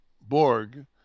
Borg